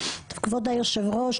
כבוד היושב ראש,